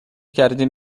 کردیم